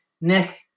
Nick